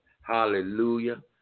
Hallelujah